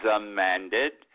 amended